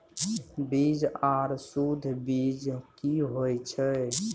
बीज आर सुध बीज की होय छै?